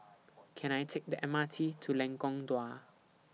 Can I Take The M R T to Lengkong Dua